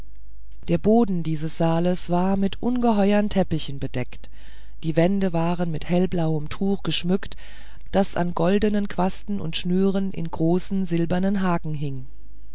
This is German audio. der boden dieses saales war mit einem ungeheuern teppich bedeckt die wände waren mit hellblauem tuch geschmückt das an goldenen quasten und schnüren in großen silbernen haken hing